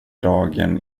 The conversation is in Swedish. dagen